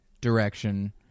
direction